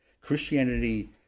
christianity